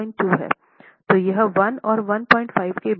तो यह 1 और 15 के बीच है